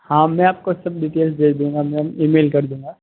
हाँ मैं आपको सब डिटेल भेज दूंगा मैम ईमेल कर दूंगा